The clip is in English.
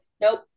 nope